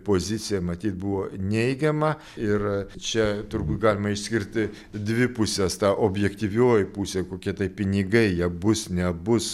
pozicija matyt buvo neigiama ir čia turbūt galima išskirti dvi puses ta objektyvioji pusė kokie tai pinigai jie bus nebus